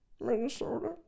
Minnesota